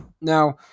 Now